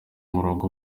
umurongo